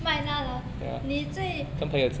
麦当劳你最